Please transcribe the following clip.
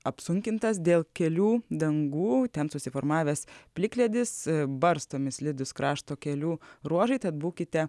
apsunkintas dėl kelių dangų ten susiformavęs plikledis barstomi slidūs krašto kelių ruožai tad būkite